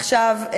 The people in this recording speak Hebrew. עכשיו,